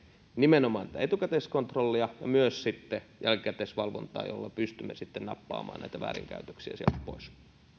nimenomaan etukäteiskontrollia ja myös jälkikäteisvalvontaa jolla pystymme sitten nappaamaan näitä väärinkäytöksiä sieltä pois